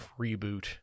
reboot